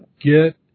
get